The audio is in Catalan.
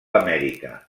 amèrica